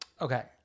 Okay